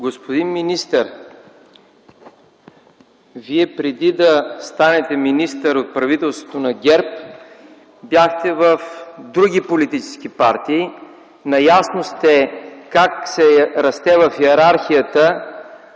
Господин министър, Вие преди да станете министър от правителството на ГЕРБ, бяхте в други политически партии, наясно сте как се расте в йерархията